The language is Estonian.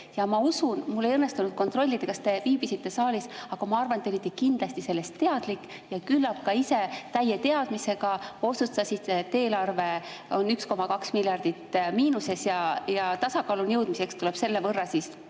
selle poolt. Mul ei õnnestunud kontrollida, kas te viibisite saalis, aga ma arvan, et te olite kindlasti sellest teadlik. Küllap ka ise täie teadmisega otsustasite, et eelarve on 1,2 miljardit miinuses ja tasakaaluni jõudmiseks tuleb selle võrra